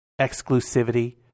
exclusivity